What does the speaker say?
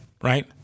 Right